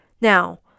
Now